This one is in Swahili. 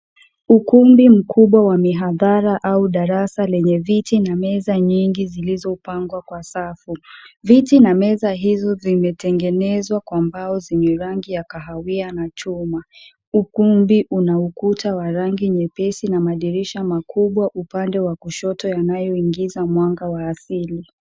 Ukumbi mkubwa wa mihadhara au darasa lenye viti na meza nyingi zilizopangwa kwa safu. Viti na meza hizo zimetengenezwa kwa mbao zenye rangi ya kahawia na chuma. Ukumbi una ukuta wa rangi nyepesi na madirisha makubwa upande wa kushoto yanayoingiza mwanga wa asili.